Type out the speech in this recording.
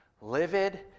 livid